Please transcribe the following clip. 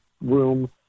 room